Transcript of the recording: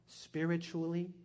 spiritually